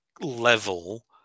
level